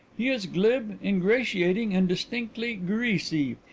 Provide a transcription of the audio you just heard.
he is glib, ingratiating, and distinctly greasy.